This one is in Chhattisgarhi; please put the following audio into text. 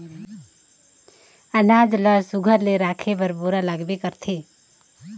अनाज ल सुग्घर ले राखे बर बोरा लागबे करथे